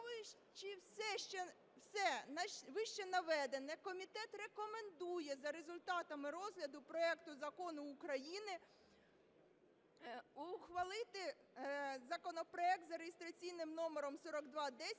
все вище наведене, комітет рекомендує за результатами розгляду проекту Закону України ухвалити законопроект за реєстраційним номером 4210